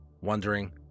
wondering